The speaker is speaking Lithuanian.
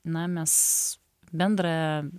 na mes bendrą